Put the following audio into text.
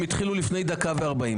הם התחילו לפני דקה ו-40.